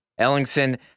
Ellingson